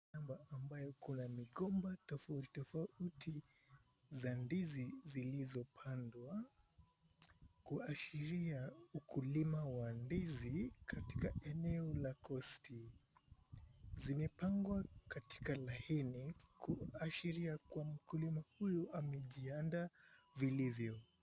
Shamba ambayo kuna migomba tofauti tofauti za ndizi zilizopandwa kuashiria ukulima wa ndizi katika eneo la coast . Zimepangwa katika laini kuashiria kuwa mkulima huyu amejiandaa vilivyo.